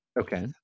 Okay